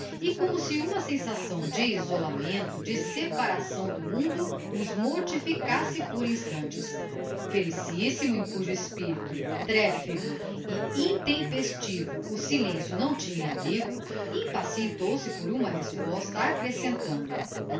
e como si uma sensação de isolamento de separação do mundo os mortificasse por instantes felicíssimo em cujo espirito trefego e intempestivo o silencio não tinha abrigo impacientou se por uma resposta accrescentando